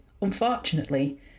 Unfortunately